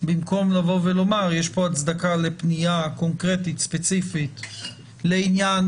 במקום לבוא ולומר: יש פה הצדקה לפנייה קונקרטית וספציפית לעניין.